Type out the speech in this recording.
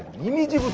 you need to